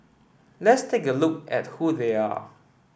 let's take a look at who they are